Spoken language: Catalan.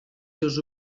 seus